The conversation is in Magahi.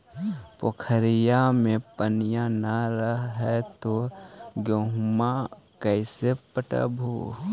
पोखरिया मे पनिया न रह है तो गेहुमा कैसे पटअब हो?